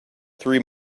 three